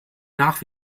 nach